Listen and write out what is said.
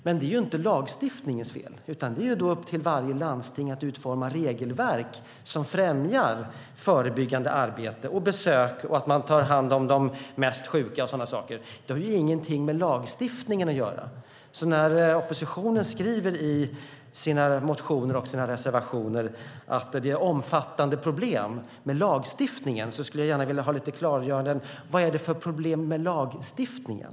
Men det är inte lagstiftningens fel, utan det är upp till varje landsting att utforma regelverk som främjar förebyggande arbete och besök och att man tar hand om de mest sjuka och sådant. Det har ingenting med lagstiftningen att göra. När oppositionen skriver i sina motioner och reservationer att det är omfattande problem med lagstiftningen skulle jag gärna vilja ha lite klargöranden. Vad är det för problem med själva lagstiftningen?